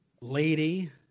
Lady